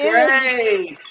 Great